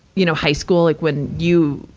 you know, high school, like when you,